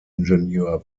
ingenieur